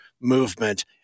movement